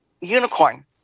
unicorn